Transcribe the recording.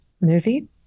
movie